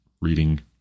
reading